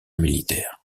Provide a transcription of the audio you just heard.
militaire